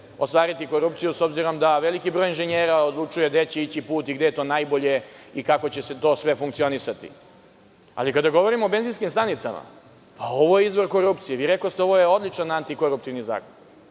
ostvariti korupciju, s obzirom da veliki broj inženjera odlučuje gde će ići put i gde je to najbolje i kako će to sve funkcionisati. Kada govorimo o benzinskim stanicama, ovo je izvor korupcije. Vi rekoste – ovo je odličan antikoruptivni zakon.